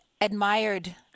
admired